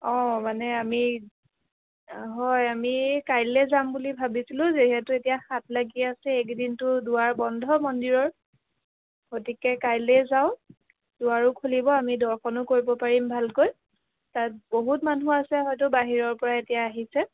অঁ মানে আমি হয় আমি কাইলৈৈ যাম বুলি ভাবিছিলোঁ যিহেতু এতিয়া সাত লাগি আছে এইকেইদিনতো দুৱাৰ বন্ধ মন্দিৰৰ গতিকে কাইলৈ যাওঁ দুৱাৰো খুলিব আমি দৰ্শনো কৰিব পাৰিম ভালকৈ তাত বহুত মানুহ আছে হয়টো বাহিৰৰ পৰা এতিয়া আহিছে